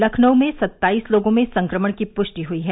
लखनऊ में सत्ताईस लोगों में संक्रमण की पुष्टि हुई है